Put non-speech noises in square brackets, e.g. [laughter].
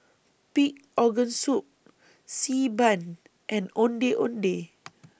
Pig Organ Soup Xi Ban and Ondeh Ondeh [noise]